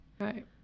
right